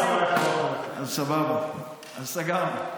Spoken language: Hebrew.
אז סבבה, אז סגרנו.